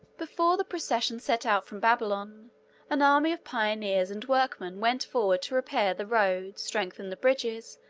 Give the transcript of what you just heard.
before the procession set out from babylon an army of pioneers and workmen went forward to repair the roads, strengthen the bridges,